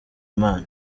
imana